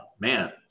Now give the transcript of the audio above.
man